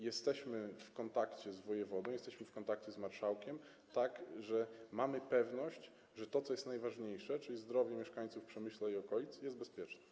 Jesteśmy w kontakcie z wojewodą, jesteśmy w kontakcie z marszałkiem, tak że mamy pewność, że to, co jest najważniejsze, czyli zdrowie mieszkańców Przemyśla i okolic, jest bezpieczne.